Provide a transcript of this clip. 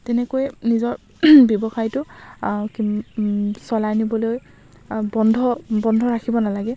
তেনেকৈ নিজৰ ব্যৱসায়টো চলাই নিবলৈ বন্ধ বন্ধ ৰাখিব নালাগে